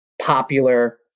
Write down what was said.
popular